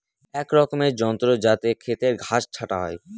এক রকমের যন্ত্র যাতে খেতের ঘাস ছাটা হয়